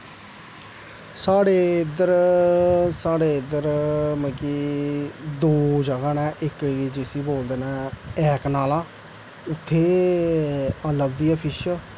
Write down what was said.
साढ़े इद्धर साढ़े इद्धर मतलब कि दो जगह् न इक गी जिसी बोलदे न ऐक नाला उत्थें लभदी ऐ फिश